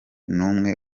n’umwe